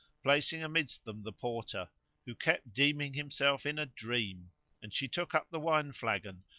placing amidst them the porter who kept deeming himself in a dream and she took up the wine flagon,